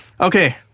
Okay